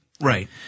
Right